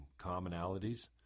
commonalities